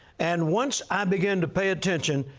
and once i began to pay attention,